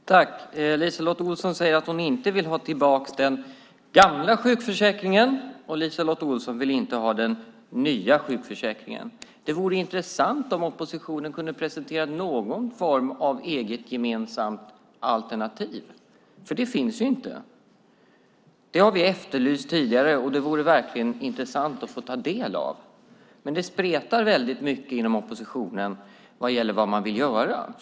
Herr talman! LiseLotte Olsson säger att hon inte vill ha tillbaka den gamla sjukförsäkringen, och hon vill inte ha den nya sjukförsäkringen. Det vore intressant om oppositionen kunde presentera någon form av eget gemensamt alternativ. Det finns inte. Det har vi efterlyst tidigare, och det vore verkligen intressant att få ta del av. Det spretar mycket inom oppositionen vad gäller vad man vill göra.